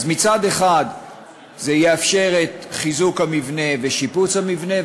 אז מצד אחד זה יאפשר את חיזוק המבנה ושיפוץ המבנה,